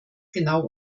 genau